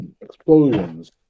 Explosions